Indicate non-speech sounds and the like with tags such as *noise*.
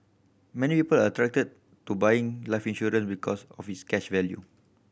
many *unintelligible* are attracted to buying life insurance because of its cash value